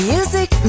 Music